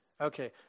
Okay